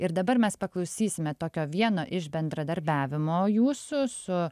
ir dabar mes paklausysime tokio vieno iš bendradarbiavimo jūsų su